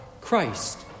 Christ